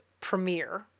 premiere